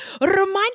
Remind